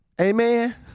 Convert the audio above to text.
Amen